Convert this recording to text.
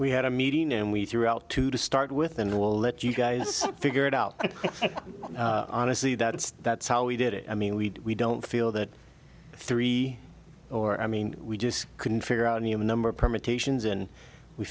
we had a meeting and we threw out two to start with and we'll let you guys figure it out honestly that's that's how we did it i mean we don't feel that three or i mean we just couldn't figure out a new number of permutations and we